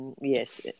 Yes